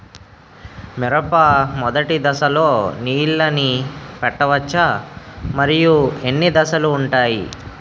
మిరప మొదటి దశలో నీళ్ళని పెట్టవచ్చా? మరియు ఎన్ని దశలు ఉంటాయి?